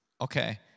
Okay